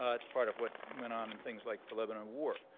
ah it's part of what went on in things like the lebanon war.